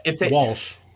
Walsh